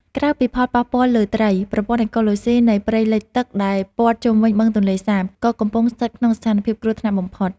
ក្រៅពីផលប៉ះពាល់លើត្រី ប្រព័ន្ធអេកូឡូស៊ីនៃព្រៃលិចទឹកដែលព័ទ្ធជុំវិញបឹងទន្លេសាប ក៏កំពុងស្ថិតក្នុងស្ថានភាពគ្រោះថ្នាក់បំផុត។